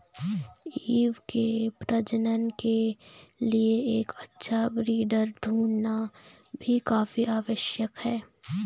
ewe के प्रजनन के लिए एक अच्छा ब्रीडर ढूंढ़ना भी काफी आवश्यक है